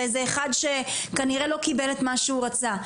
זה אחד שכנראה לא קיבל את מה שהוא רצה.